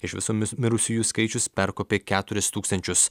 iš viso mirusiųjų skaičius perkopė keturis tūkstančius